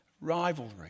Rivalry